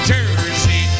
Jersey